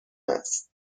است